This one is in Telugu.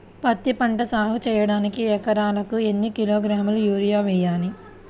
పత్తిపంట సాగు చేయడానికి ఎకరాలకు ఎన్ని కిలోగ్రాముల యూరియా వేయాలి?